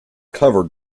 covered